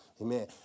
Amen